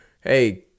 hey